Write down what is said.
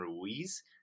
Ruiz